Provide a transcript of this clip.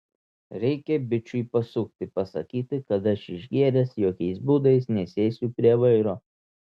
reikia bičui pasukti pasakyti kad aš išgėręs ir jokiais būdais nesėsiu prie vairo